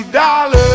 dollars